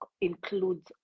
includes